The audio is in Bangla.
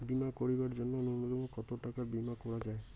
বীমা করিবার জন্য নূন্যতম কতো টাকার বীমা করা যায়?